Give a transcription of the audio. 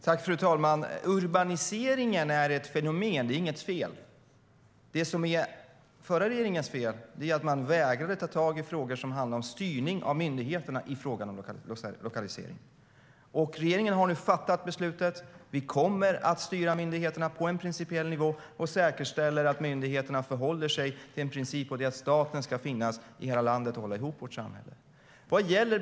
Fru talman! Urbaniseringen är ett fenomen; det är inget fel. Men den förra regeringens fel var att de vägrade ta tag i frågor om styrning av myndigheterna när det gäller lokalisering. Regeringen har nu fattat beslutet. Vi kommer att styra myndigheterna på en principiell nivå och säkerställa att myndigheterna förhåller sig till en princip, nämligen att staten ska finnas i hela landet och hålla ihop vårt samhälle.